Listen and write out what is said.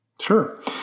Sure